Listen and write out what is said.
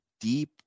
deep